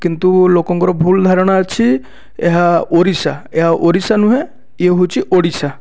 କିନ୍ତୁ ଲୋକଙ୍କର ଭୁଲ୍ ଧାରଣା ଅଛି ଏହା ଓରିଶା ଏହା ଓରିଶା ନୁହେଁ ଇଏ ହଉଚି ଓଡ଼ିଶା